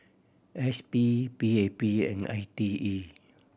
S P P A P and I T E